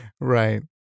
Right